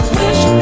wish